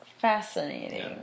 fascinating